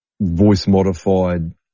voice-modified